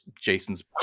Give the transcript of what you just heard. Jason's